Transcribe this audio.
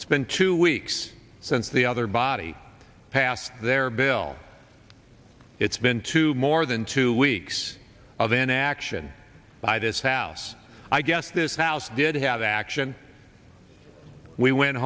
it's been two weeks since the other body passed their bill it's been two more than two weeks of inaction by this house i guess this house did have action we went